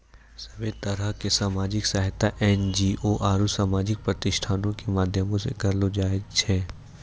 सभ्भे तरहो के समाजिक सहायता एन.जी.ओ आरु समाजिक प्रतिष्ठानो के माध्यमो से करलो जाय छै